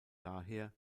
daher